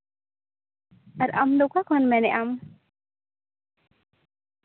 ᱟᱨ ᱟᱢᱫᱚ ᱚᱠᱟ ᱠᱷᱚᱱ ᱢᱮᱱᱮᱜᱼᱟᱢ